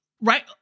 right